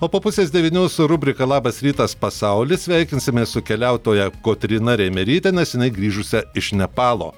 o po pusės devynių su rubrika labas rytas pasauli sveikinsimės su keliautoja kotryna reimeryte neseniai grįžusia iš nepalo